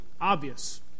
obvious